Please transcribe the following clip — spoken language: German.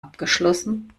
abgeschlossen